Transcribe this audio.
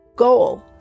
Goal